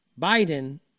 Biden